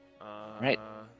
right